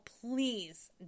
please